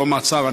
לא מעצר,